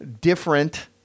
different